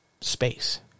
space